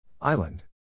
Island